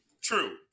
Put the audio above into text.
true